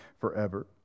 forever